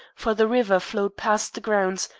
for the river flowed past the grounds,